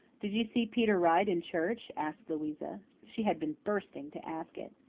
did you see peter wright in church? asked louisa. she had been bursting to ask it.